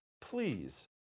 Please